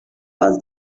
was